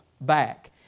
back